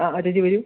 ആ ആ ചേച്ചി വെരൂ